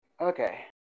Okay